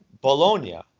Bologna